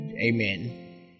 Amen